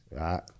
right